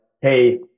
hey